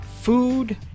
Food